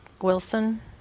Wilson